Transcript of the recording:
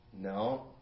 No